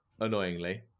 Annoyingly